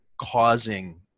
causing